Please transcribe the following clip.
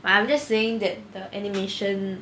I'm just saying that the animation